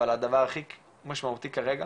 אבל הדבר הכי משמעותי כרגע,